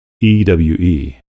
E-W-E